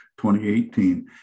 2018